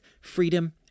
freedom